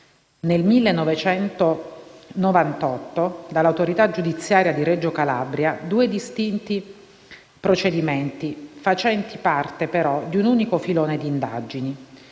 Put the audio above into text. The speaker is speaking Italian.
nel 1998 dall'autorità giudiziaria di Reggio Calabria due distinti procedimenti, facenti parte però di un unico filone di indagini: